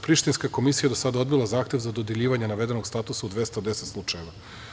Prištinska komisija je do sada odbila zahtev za dodeljivanje navedenog statusa u 210 slučajeva.